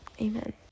amen